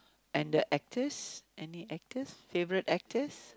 and the actors any actors favourite actors